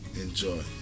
Enjoy